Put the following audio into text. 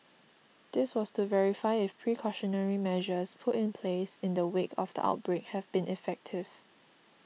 this was to verify if precautionary measures put in place in the wake of the outbreak have been effective